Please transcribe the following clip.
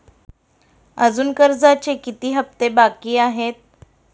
अजुन कर्जाचे किती हप्ते बाकी आहेत?